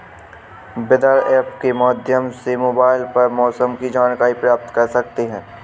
weather app के माध्यम से मोबाइल पर मौसम की जानकारी प्राप्त कर सकते हैं